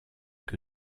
que